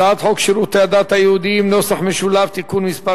הצעת חוק שירותי הדת היהודיים (תיקון מס'